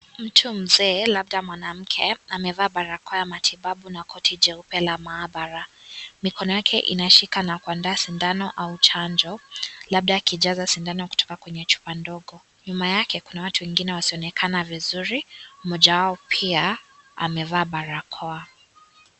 Mtu mzee labda mwanamke, amevaa barakoa ya matibabu na koti jeupe la mahabara. Mikono yake inashika na kuandaa sindano au chanjo labda akijaza sindano kutoka kwenye chupa ndogo. Nyuma yake, kuna watu wengine wasioonekana vizuri, mmoja wao pia amevaa barakoa.